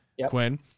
Quinn